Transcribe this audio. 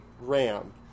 ram